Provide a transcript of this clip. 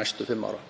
næstu fimm ára.